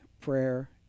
prayer